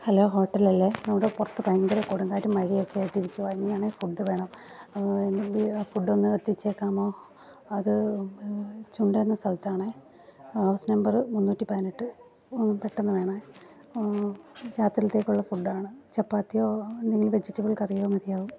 hello ഹോട്ടലല്ലേ നമ്മുടെ പുറത്ത് ഭയങ്കര കൊടുങ്കാറ്റും മഴയുമൊക്കെയായിട്ട് ഇരിക്കുകതന്നെയാണ് ഫുഡ് വേണം അതിനു മുമ്പേ ആ ഫുഡൊന്ന് എത്തിച്ചേക്കാമോ അത് ചുണ്ടയെന്ന സ്ഥലത്താണേ ഹൗസ് നമ്പറ് മുന്നൂറ്റിപ്പതിനെട്ട് ഒന്ന് പെട്ടന്ന് വേണേ രാത്രിയിലേക്കുള്ള ഫുഡാണ് ചപ്പാത്തിയോ എന്തെങ്കിലും വെജിറ്റബിൾ കറിയോ മതിയാവും